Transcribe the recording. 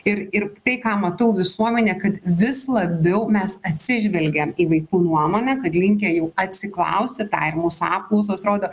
ir ir tai ką matau visuomenė kad vis labiau mes atsižvelgiam į vaikų nuomonę kad linkę jau atsiklausti tą ir mūsų apklausos rodo